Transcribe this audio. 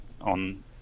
on